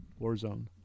Warzone